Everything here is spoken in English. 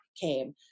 came